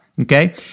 okay